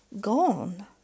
gone